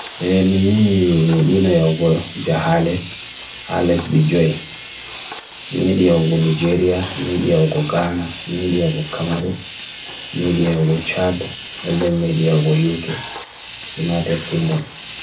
ee minni mii medino yogo jahale, hales di joye. Medio yogo Nigeria, Medio yogo Ghana, Medio yogo Kamaru, Medio yogo Chad, and then Medio yogo UK, United Kingdom.